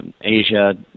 Asia